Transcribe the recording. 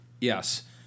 Yes